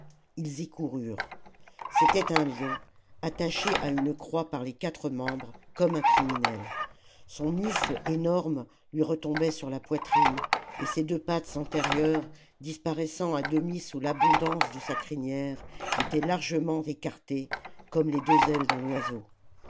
ils y coururent c'était un lion attaché à une croix par les quatre membres comme un criminel son mufle énorme lui retombait sur la poitrine et ses deux pattes antérieures disparaissant à demi sous l'abondance de sa crinière étaient largement écartées comme les deux ailes d'un oiseau